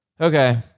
Okay